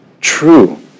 true